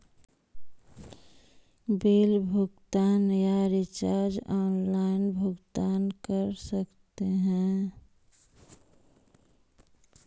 Bill भुगतान या recharge online भुगतान कर सकते हैं?